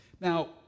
Now